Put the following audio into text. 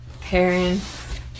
parents